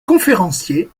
conférencier